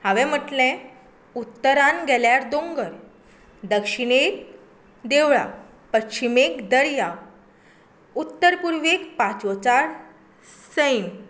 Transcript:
हांवें म्हटलें उत्तरान गेल्यार दोंगर दक्षिणेक देवळां पश्चीमेक दर्या उत्तर पूर्वेक पांचवोचार सैम